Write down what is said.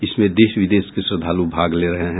इसमें देश विदेश के श्रद्वालु भाग ले रहे हैं